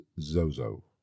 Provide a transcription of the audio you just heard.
Zozo